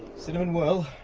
cinnamon whirl?